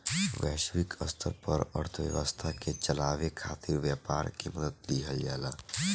वैश्विक स्तर पर अर्थव्यवस्था के चलावे खातिर व्यापार के मदद लिहल जाला